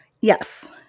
Yes